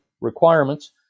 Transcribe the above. requirements